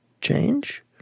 change